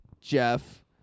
Jeff